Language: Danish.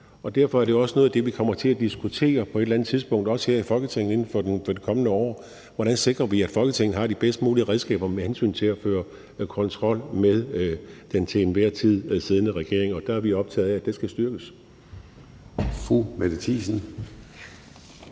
og derfor er det også noget af det, vi på et eller andet tidspunkt kommer til at diskutere, også her i Folketinget, inden for det kommende år, altså hvordan vi sikrer, at Folketinget har de bedst mulige redskaber med hensyn til at føre kontrol med den til enhver tid siddende regering. Og der er vi optaget af, at det skal styrkes.